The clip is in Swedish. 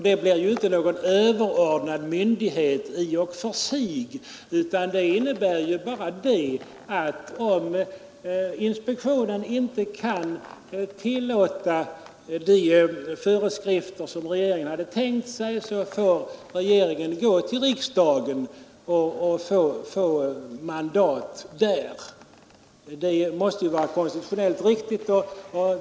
Den blir inte någon överordnad myndighet i och för sig, utan det innebär bara att om inspektionen inte kan tillåta de föreskrifter som regeringen har tänkt sig får regeringen gå till riksdagen och begära mandat. Det måste vara konstitutionellt riktigt.